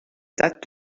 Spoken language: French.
datent